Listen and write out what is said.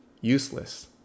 useless